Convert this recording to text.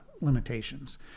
limitations